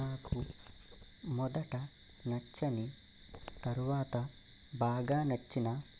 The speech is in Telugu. నాకు మొదట నచ్చని తరువాత బాగా నచ్చిన